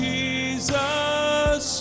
Jesus